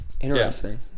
Interesting